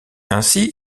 ainsi